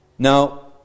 Now